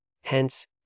Hence